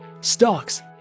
stocks